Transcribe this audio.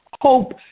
hope